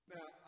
Now